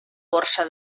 borsa